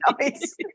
nice